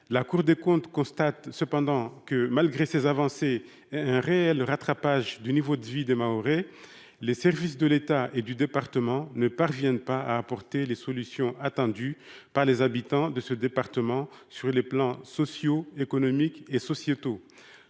La Cour des comptes souligne cependant que, malgré ces avancées et un réel rattrapage du niveau de vie des Mahorais, les services de l'État et du département ne parviennent pas à apporter les solutions attendues par les habitants sur le plan social, économique et sociétal.